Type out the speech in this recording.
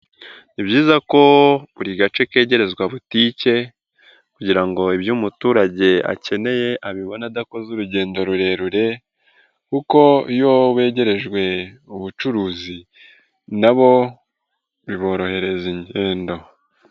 Ni byiza ko buri gace kegerezwa butike kugira ngo ibyo umuturage akeneye abibona adakoze urugendo rurerure kuko iyo begerejwe ubucuruzi, na bo biborohereza ingendo.